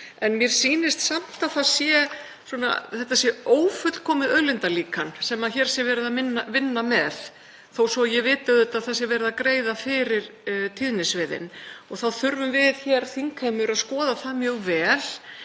en mér sýnist samt að þetta sé svona, að þetta sé ófullkomið auðlindalíkan sem hér er verið að vinna með, þó svo að ég viti auðvitað að verið er að greiða fyrir tíðnisviðin. Þá þurfum við, þingheimur, að skoða mjög vel